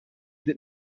den